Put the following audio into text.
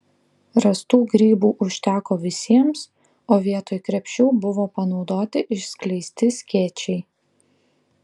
rastų grybų užteko visiems o vietoj krepšių buvo panaudoti išskleisti skėčiai